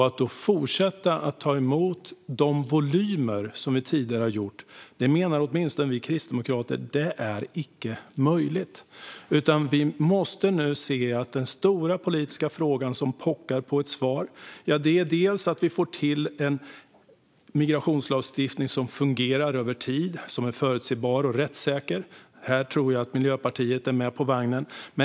Att då fortsätta ta emot samma volymer som tidigare menar åtminstone vi kristdemokrater är icke möjligt. I stället måste vi nu se att den stora politiska frågan som pockar på ett svar är hur vi ska få till en migrationslagstiftning som fungerar över tid och som är förutsägbar och rättssäker, och här tror jag att Miljöpartiet är med på vagnen.